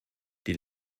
die